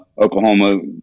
Oklahoma